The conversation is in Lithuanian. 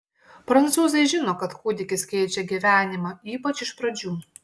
prancūzai žino kad kūdikis keičia gyvenimą ypač iš pradžių